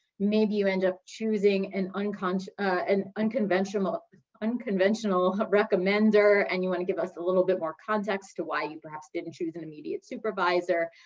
maybe you end up choosing an unconventional an unconventional recommender and you want to give us a little bit more context to why you perhaps didn't choose an immediate supervisor.